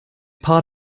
part